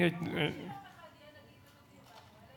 ברור